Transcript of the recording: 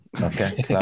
okay